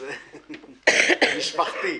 משפחתי.